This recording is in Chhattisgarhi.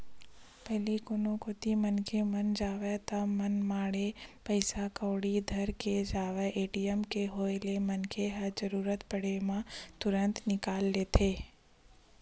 पहिली कोनो कोती मनखे मन जावय ता मनमाड़े पइसा कउड़ी धर के जावय ए.टी.एम के होय ले मनखे ह जरुरत पड़े म तुरते निकाल लेथे